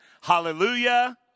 Hallelujah